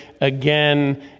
again